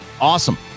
Awesome